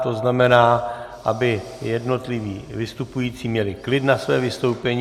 To znamená, aby jednotliví vystupující měli klid na své vystoupení.